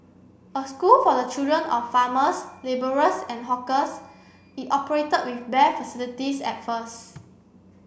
a school for the children of farmers labourers and hawkers it operated with bare facilities at first